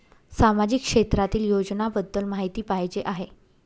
सामाजिक क्षेत्रातील योजनाबद्दल माहिती पाहिजे आहे?